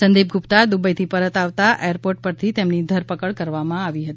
સંદીપ ગુપ્તા દુબઈથી પરત આવતા એરપોર્ટ પરથી તેની ધરપકડ કરવામાં આવી હતી